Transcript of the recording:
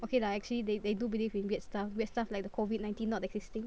okay lah actually they they do believe in weird stuff weird stuff like the COVID nineteen not existing